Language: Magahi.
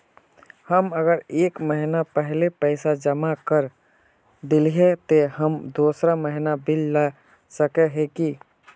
हम अगर एक महीना पहले पैसा जमा कर देलिये ते हम दोसर महीना बिल ला सके है की?